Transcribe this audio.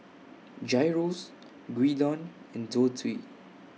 Gyros Gyudon and Zosui